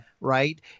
Right